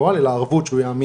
חבר'ה, אני אגיד